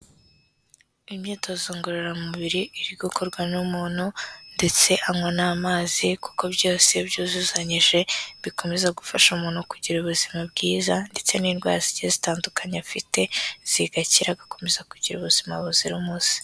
Imyitozo ngororamubiri iri gukorwa n'umuntu ndetse anywa n'amazi kuko byose byuzuzanyije, bikomeza gufasha umuntu kugira ubuzima bwiza ndetse n'indwara zitandukanye afite zigakira, agakomeza kugira ubuzima buzira umuze.